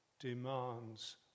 demands